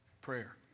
Prayer